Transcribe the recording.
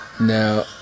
Now